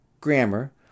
Grammar